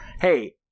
hey